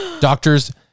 doctors